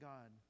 God